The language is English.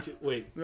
Wait